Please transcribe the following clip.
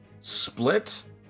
split